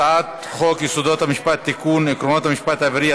הצעת חוק יסודות המשפט (תיקון) (עקרונות המשפט העברי),